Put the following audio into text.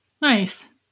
Nice